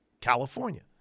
California